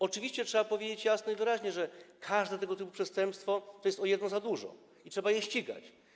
Oczywiście trzeba powiedzieć jasno i wyraźnie, że każde tego typu przestępstwo to jest o jedno przestępstwo za dużo i trzeba je ścigać.